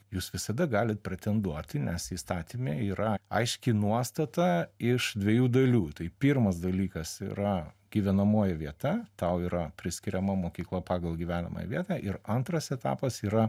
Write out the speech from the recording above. jūs visada galit pretenduoti nes įstatyme yra aiški nuostata iš dviejų dalių tai pirmas dalykas yra gyvenamoji vieta tau yra priskiriama mokykla pagal gyvenamąją vietą ir antras etapas yra